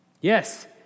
Yes